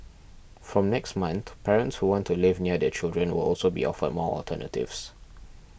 from next month parents who want to live near their children will also be offered more alternatives